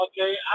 Okay